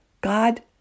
God